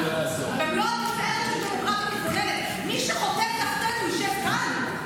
הבית הזה לא היה צריך לעשות שימוש בחוק.